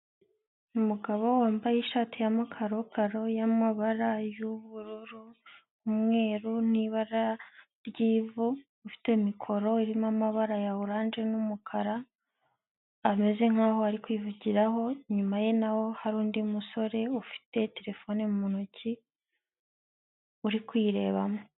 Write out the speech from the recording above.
Umugabo wambaye ishati ya makarokaro y'amabara y'ubururu, umweru n'ibara ry'ivu. Ufite mikoro irimo amabara ya orange n'umukara. Ameze nkaho ari kwivugiraho. Inyuma ye naho hari undi musore ufite terefone mu ntoki uri kuyirebamo.